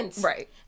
Right